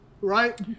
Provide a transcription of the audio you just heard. right